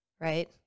right